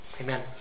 Amen